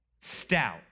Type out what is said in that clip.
Stout